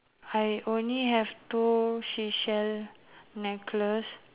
I only have two seashell necklace